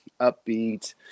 upbeat